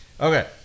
Okay